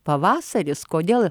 pavasaris kodėl